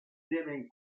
deben